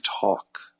talk